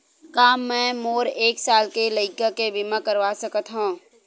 का मै मोर एक साल के लइका के बीमा करवा सकत हव?